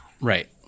Right